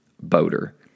boater